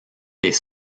les